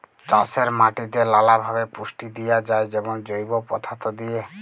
চাষের মাটিতে লালাভাবে পুষ্টি দিঁয়া যায় যেমল জৈব পদাথ্থ দিঁয়ে